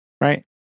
Right